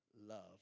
love